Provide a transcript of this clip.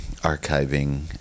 archiving